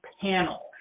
panel